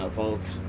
folks